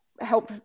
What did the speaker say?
Help